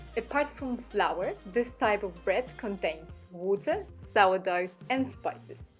apart from flour this type of bread contains water, sourdough and spices.